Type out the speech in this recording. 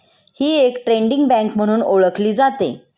ही एक trading bank म्हणून ओळखली जाते